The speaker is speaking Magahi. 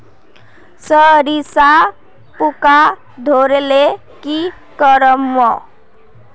सरिसा पूका धोर ले की करूम?